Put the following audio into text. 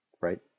Right